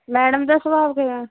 madam ਦਾ ਸੁਭਾਉ ਕਿਵੇਂ ਹੈ